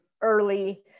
early